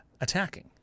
attacking